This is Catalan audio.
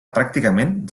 pràcticament